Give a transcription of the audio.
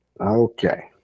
Okay